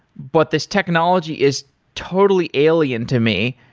but this technology is totally alien to me.